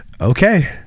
okay